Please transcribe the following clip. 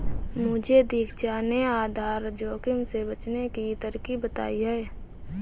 मुझे दीक्षा ने आधार जोखिम से बचने की तरकीब बताई है